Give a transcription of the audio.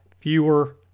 fewer